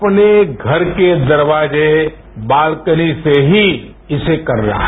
अपने घर के दरवाजे बालकनीसे ही इसे करना है